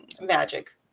magic